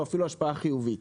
או אפילו השפעה חיובית,